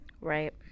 Right